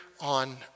on